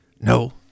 No